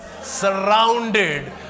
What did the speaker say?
surrounded